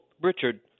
Richard